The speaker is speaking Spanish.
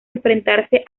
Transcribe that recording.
enfrentarse